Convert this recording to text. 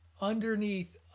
underneath